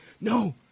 no